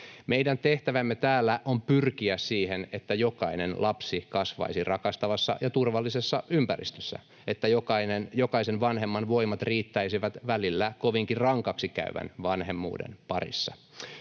Meidän tehtävämme täällä on pyrkiä siihen, että jokainen lapsi kasvaisi rakastavassa ja turvallisessa ympäristössä, että jokaisen vanhemman voimat riittäisivät välillä kovinkin rankaksi käyvän vanhemmuuden parissa.